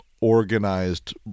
organized